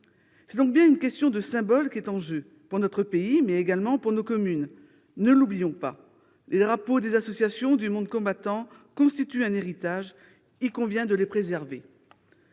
C'est donc bien un symbole qui est en jeu, pour notre pays mais également pour nos communes. Ne l'oublions pas, les drapeaux des associations du monde combattant constituent un héritage. Il convient de les préserver.